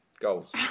Goals